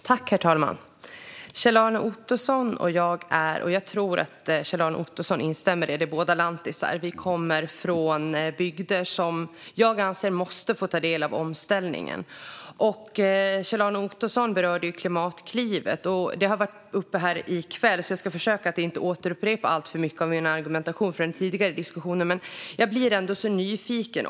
Herr talman! Kjell-Arne Ottosson och jag är - det tror jag att Kjell-Arne Ottosson instämmer i - båda lantisar. Vi kommer från bygder som jag anser måste få ta del av omställningen. Kjell-Arne Ottosson berörde Klimatklivet. Det har varit uppe här i kväll så jag ska försöka att inte återupprepa alltför mycket av min argumentation från den tidigare diskussionen. Men jag blir så nyfiken.